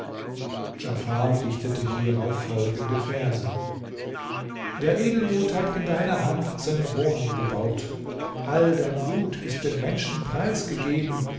djafar dichtete hierauf folgende verse der edelmut hat in deiner hand seine wohnung gebaut all dein gut ist den menschen preisgegeben